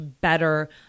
better